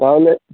তাহলে